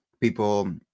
people